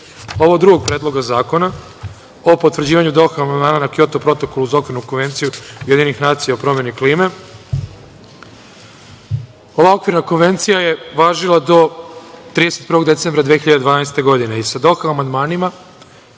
ovog drugog predloga zakona o potvrđivanja Doha amandmana na Kjoto protokol uz Okvirnu konvenciju UN o promeni klime, ova Okvirna konvencija je važila do 31. decembra 2012. godine i sa Doha amandmanima